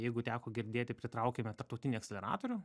jeigu teko girdėti pritraukėme tarptautinį akceleratorių